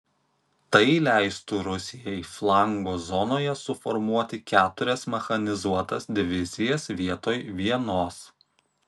tai leistų rusijai flango zonoje suformuoti keturias mechanizuotas divizijas vietoj vienos